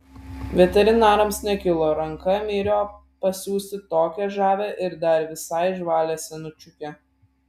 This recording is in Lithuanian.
veterinarams nekilo ranką myriop pasiųsti tokią žavią ir dar visai žvalią senučiukę